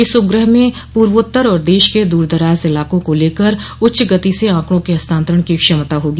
इस उपग्रह में पूर्वोत्तर और देश के दूरदराज इलाकों को लेकर उच्च गति से आंकड़ों के हस्तांतरण की क्षमता होगी